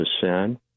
sin